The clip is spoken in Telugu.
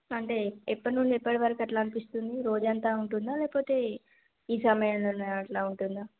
అంటే ఎప్పటి నుంచి ఎప్పటి వరకు అలాఅనిపిస్తుంది రోజు అంతా ఉంటుందా లేకపోతే ఈ సమయంలో అలా ఉంటుందా